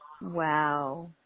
Wow